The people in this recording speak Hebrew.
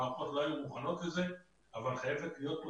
המערכות לא היו מוכנות לזה אבל חייבת להיות פה